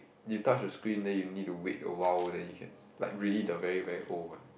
you touch the screen then you need to wait awhile then you can like really the very very old one